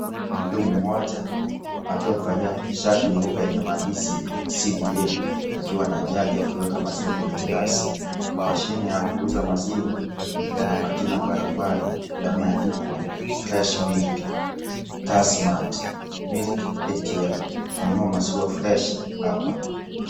Mhudumu mmoja, akiwa amevalia shati nyupe yenye maandishi CBA akiwa na jagi akiweka maziwa kwenye glasi. Mashine ya kuuza maziwa ikona majina mbalimbali yameandikwa FreshMilk, TASMAT, Milk ATM, nunua maziwa freshi hapa.